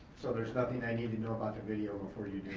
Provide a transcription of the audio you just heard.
so there's nothing i need to know about the video before you do it,